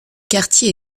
quartier